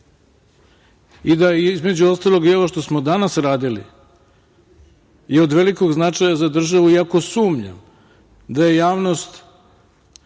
i da je između ostalog i ovo što smo danas radili od velikog značaja za državu, iako sumnjam da je javnost,